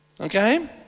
okay